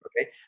okay